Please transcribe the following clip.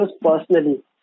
personally